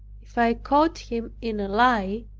if i caught him in a lie,